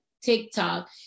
TikTok